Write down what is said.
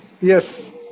yes